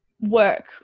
work